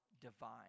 divine